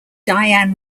diane